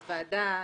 בוועדה,